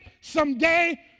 someday